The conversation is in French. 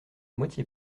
moitié